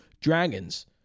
dragons